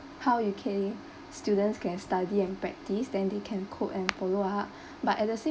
how you ca~ students can study and practice then they can cope and follow up but at the same